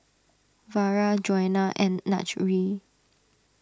Vara Joanna and Najee